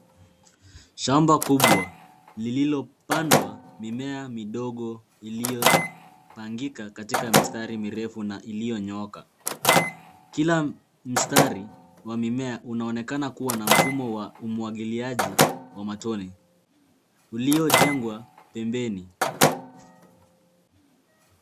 Shamba kubwa lilopandwa mimea midogo iliyopangika katika mistari mirefu na ilionyooka. Kila mstari wa mimea unaonekana kuwa na mfumo wa umwagiliaji wa matone uliojengwa pembeni.